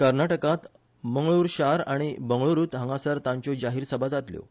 कर्नाटकांत मगळुर शार आनी बंगळुरुंत हांगासर तांच्यो जाहिर सभा जातल्यो